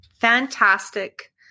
fantastic